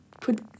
put